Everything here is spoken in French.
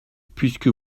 puisque